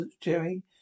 Jerry